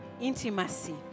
Intimacy